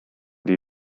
die